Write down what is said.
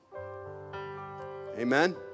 Amen